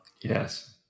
Yes